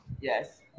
yes